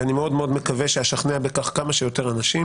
ואני מאוד מאוד מקווה שאשכנע בכך כמה שיותר אנשים